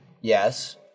Yes